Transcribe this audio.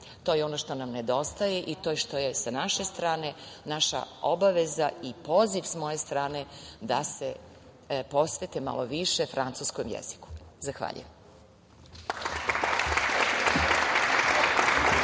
To je ono što nam nedostaje i što je sa naše strane naša obaveza i poziv sa moje strane da se posvete malo više francuskom jeziku. Zahvaljujem.